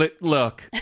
look